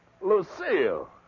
Lucille